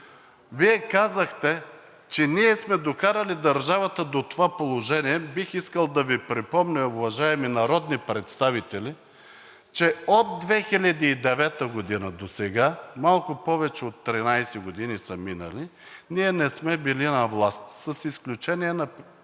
Вие казахте, че ние сме докарали държавата до това положение. Бих искал да Ви припомня, уважаеми народни представители, че от 2009 г. досега – минали са малко повече от 13 години, ние не сме били на власт с изключение на периода